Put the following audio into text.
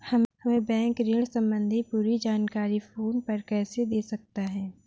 हमें बैंक ऋण संबंधी पूरी जानकारी फोन पर कैसे दे सकता है?